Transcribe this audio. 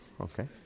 okay